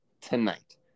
tonight